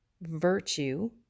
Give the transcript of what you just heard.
virtue